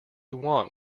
want